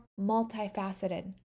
multifaceted